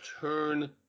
turn